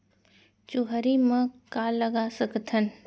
चुहरी म का लगा सकथन?